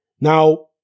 Now